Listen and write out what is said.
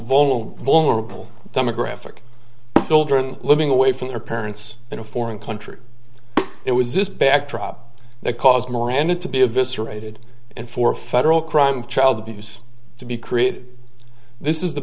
vulnerable vulnerable demographic children living away from their parents in a foreign country it was this backdrop that caused miranda to be eviscerated and for a federal crime child abuse to be created this is the